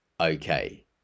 Okay